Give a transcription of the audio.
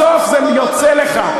בסוף זה יוצא לך,